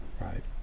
Right